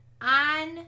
on